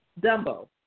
Dumbo